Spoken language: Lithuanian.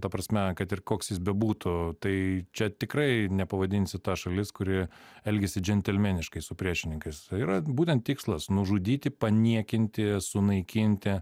ta prasme kad ir koks jis bebūtų tai čia tikrai nepavadinsi ta šalis kuri elgiasi džentelmeniškai su priešininkais yra būtent tikslas nužudyti paniekinti sunaikinti